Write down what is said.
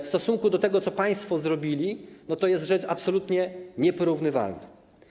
W stosunku do tego, co państwo zrobili, to jest rzecz absolutnie nieporównywalna.